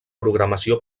programació